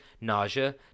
nausea